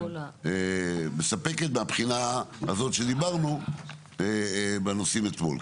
מספקת מהבחינה הזאת שדיברנו בנושאים אתמול.